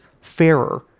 fairer